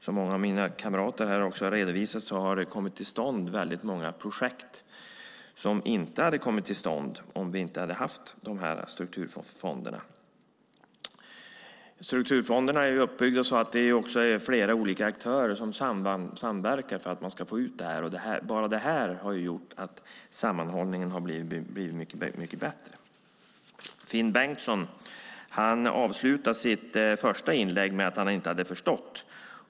Som många av mina kamrater också har redovisat har det kommit till stånd väldigt många projekt som inte hade kommit till stånd om vi inte hade haft strukturfonderna. Strukturfonderna är uppbyggda så att det är flera olika aktörer som samverkar för att man ska få ut det här och det här. Bara detta har gjort att sammanhållningen har blivit mycket bättre. Finn Bengtsson avslutade sitt första inlägg med att säga att han inte hade förstått.